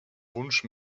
wunsch